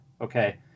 Okay